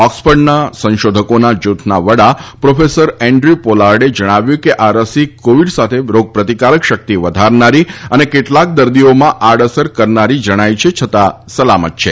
ઓક્સફર્ડના સંશોધકોના જૂથના વડા પ્રોફેસર એન્ યુ પોલાર્ડે જણાવ્યું છે કે આ રસી કોવિડ સાથે રોગપ્રતિકારક શક્તિ વધારનારી અને કેટલાંક દર્દીઓમાં આડ અસર કરનારી જણાઈ છે છતાં સલામત છે